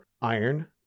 iron